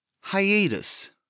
Hiatus